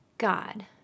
God